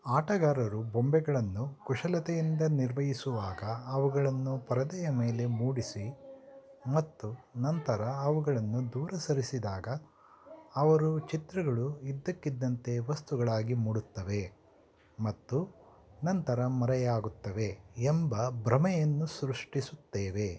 ಆಟಗಾರರು ಬೊಂಬೆಗಳನ್ನು ಕುಶಲತೆಯಿಂದ ನಿರ್ವಹಿಸುವಾಗ ಅವುಗಳನ್ನು ಪರದೆಯ ಮೇಲೆ ಮೂಡಿಸಿ ಮತ್ತು ನಂತರ ಅವುಗಳನ್ನು ದೂರ ಸರಿಸಿದಾಗ ಅವರು ಚಿತ್ರಗಳು ಇದ್ದಕ್ಕಿದ್ದಂತೆ ವಸ್ತುಗಳಾಗಿ ಮೂಡುತ್ತವೆ ಮತ್ತು ನಂತರ ಮರೆಯಾಗುತ್ತವೆ ಎಂಬ ಭ್ರಮೆಯನ್ನು ಸೃಷ್ಟಿಸುತ್ತವೆ